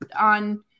on